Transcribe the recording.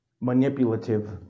manipulative